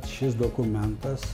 šis dokumentas